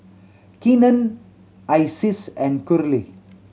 Keenen Isis and Curley